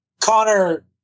connor